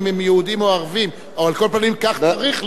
אז האזרחים הם כ-150,000.